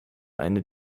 eine